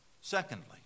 Secondly